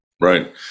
Right